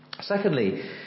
Secondly